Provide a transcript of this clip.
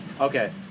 Okay